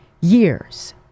years